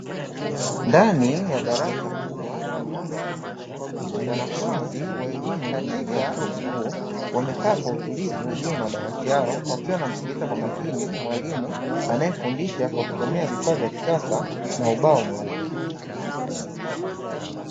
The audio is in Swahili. Ndani ya darasa kubwa lenye mwanga wa kutosha wanafunzi wa elimu ya chuo kikuu wamekaa kwa utulivu juu ya madawati yao, wakiwa wanamsikiliza kwa makini mwalimu anayefundisha kwa kutumia vifaa vya kisasa na ubao mweupe.